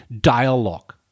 dialogue